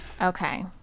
okay